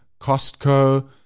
costco